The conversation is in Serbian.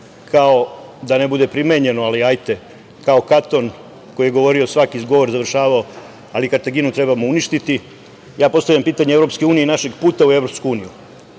kao, da ne bude primenjeno, ali ajte, kao Katon koji je govorio, svaki govor završavao: „Ali, Kartaginu trebamo uništiti“.Ja postavljam pitanje EU i našeg puta u EU –